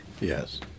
Yes